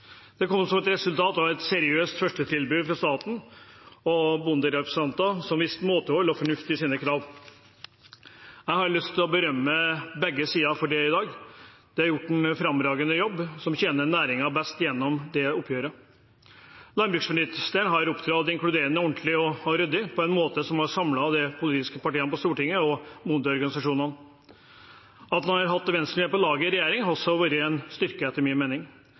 Den kom som et resultat av et seriøst førstetilbud fra staten, og bonderepresentantene, som viste måtehold og fornuft i sine krav. Jeg har lyst til å berømme begge sidene for det her i dag. De har gjort en fremragende jobb, som tjener næringen best, gjennom det oppgjøret. Landbruksministeren har opptrådt inkluderende, ordentlig og ryddig og på en måte som har samlet de politiske partiene på Stortinget og bondeorganisasjonene. At man har hatt Venstre på laget i regjering, har også vært en styrke, etter min mening.